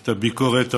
את הביקורת המתמדת.